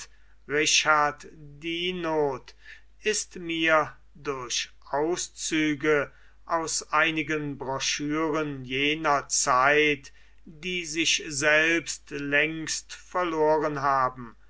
richard dinoth ist mir durch auszüge aus einigen broschüren jener zeit die sich selbst längst verloren haben